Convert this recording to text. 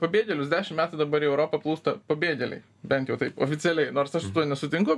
pabėgėlius dešim metų dabar į europą plūsta pabėgėliai bent jau taip oficialiai nors aš nesutinku